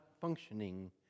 functioning